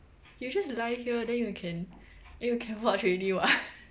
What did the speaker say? you just lie here then you can then you can watch already [what]